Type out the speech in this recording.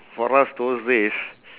for us those days